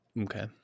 Okay